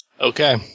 Okay